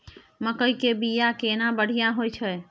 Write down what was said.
मकई के बीया केना बढ़िया होय छै?